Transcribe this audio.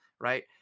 right